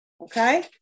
Okay